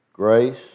Grace